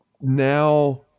now